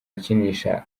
akinisha